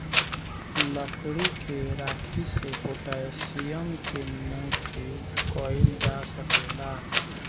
लकड़ी के राखी से पोटैशियम के पूर्ति कइल जा सकेला